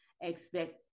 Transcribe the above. expect